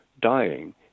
dying